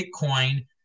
Bitcoin